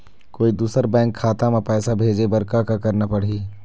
कोई दूसर बैंक खाता म पैसा भेजे बर का का करना पड़ही?